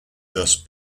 thus